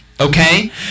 okay